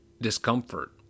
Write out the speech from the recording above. discomfort